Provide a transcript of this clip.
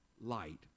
light